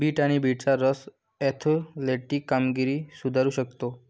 bit आणि बीटचा रस ऍथलेटिक कामगिरी सुधारू शकतो